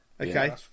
Okay